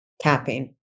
Tapping